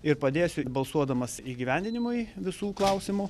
ir padėsiu balsuodamas įgyvendinimui visų klausimų